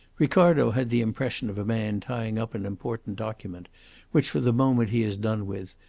ricardo had the impression of a man tying up an important document which for the moment he has done with,